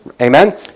Amen